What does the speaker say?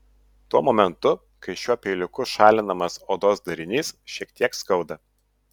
tuo momentu kai šiuo peiliuku šalinamas odos darinys šiek tiek skauda